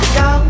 go